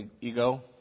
ego